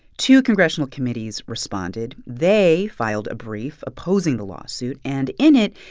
two congressional committees responded. they filed a brief opposing the lawsuit. and in it,